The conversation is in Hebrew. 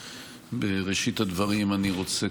בראשית הדברים אני רוצה,